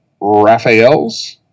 Raphael's